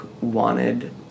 wanted